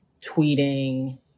tweeting